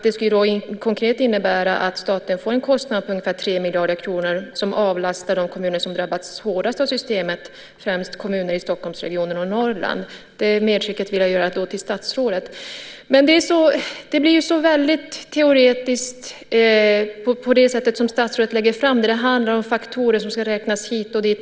Det skulle konkret innebära att staten får en kostnad på ungefär 3 miljarder kronor som avlastar de kommuner som drabbats hårdast av systemet, främst kommuner i Stockholmsregionen och Norrland. Det medskicket vill jag göra till statsrådet. Men det blir så väldigt teoretiskt på det sätt som statsrådet lägger fram detta. Det handlar om faktorer som ska räknas hit och dit.